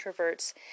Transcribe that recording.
introverts